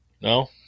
No